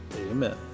Amen